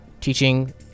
teaching